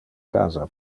casa